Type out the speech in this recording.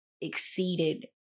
exceeded